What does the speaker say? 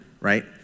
right